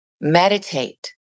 Meditate